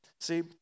See